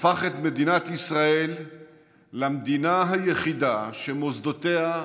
הפך את מדינת ישראל למדינה היחידה שמוסדותיה,